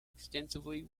extensively